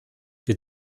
wir